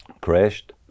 crashed